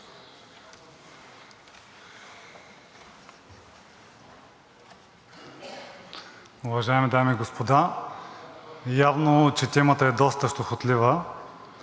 Уважаеми дами и господа! Явно, че темата е доста щекотлива.